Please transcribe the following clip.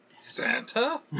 Santa